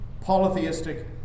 polytheistic